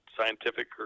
scientific